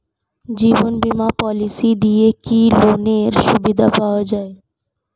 জীবন বীমা পলিসি দিয়ে কি লোনের সুবিধা পাওয়া যায়?